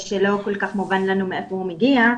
שלא כל כך מובן לנו מאיפה הוא מגיע,